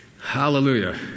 hallelujah